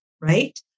right